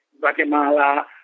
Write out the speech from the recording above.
Guatemala